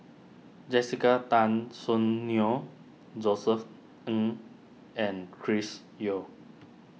Jessica Tan Soon Neo Josef Ng and Chris Yeo